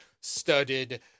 studded